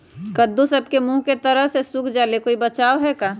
कददु सब के मुँह के तरह से सुख जाले कोई बचाव है का?